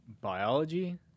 biology